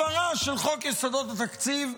הפרה של חוק יסודות התקציב,